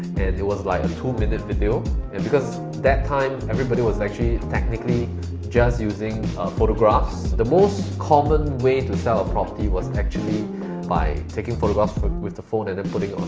and it was like a two minute video. and because that time, everybody was actually technically just using photographs. the most common way to sell a property was actually by taking photographs with the phone and and putting